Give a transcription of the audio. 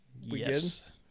Yes